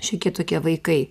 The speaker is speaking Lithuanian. šiokie tokie vaikai